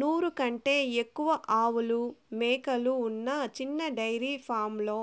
నూరు కంటే ఎక్కువ ఆవులు, మేకలు ఉన్న చిన్న డెయిరీ ఫామ్లలో